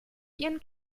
ihren